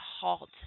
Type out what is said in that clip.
halt